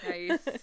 Nice